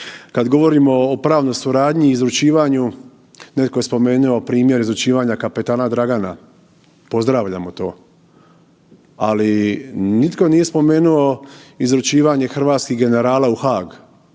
Kad govorimo o pravnoj suradnji i izručivanju netko je spomenuo primjer izručivanja kapetana Dragana. Pozdravljamo to. Ali, nitko nije spomenuo izručivanje hrvatskih generala u Haag,